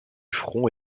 front